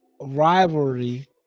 rivalry